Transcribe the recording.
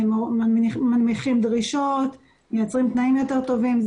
מניחים דרישות, לפעמים תנאים יותר טובים.